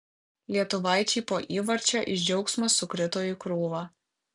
lietuvaičiai po įvarčio iš džiaugsmo sukrito į krūvą